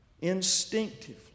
instinctively